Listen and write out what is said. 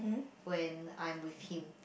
when I'm with him